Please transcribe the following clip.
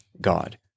God